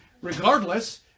regardless